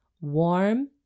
Warm